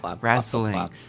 wrestling